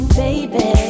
baby